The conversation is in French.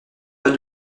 pas